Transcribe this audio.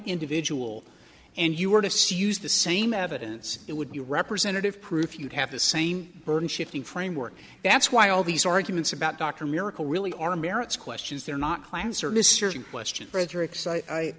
individual and you were to see used the same evidence it would be representative proof you'd have the same burden shifting framework that's why all these arguments about dr miracle really are merits questions they're not